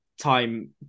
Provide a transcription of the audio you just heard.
time